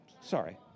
Sorry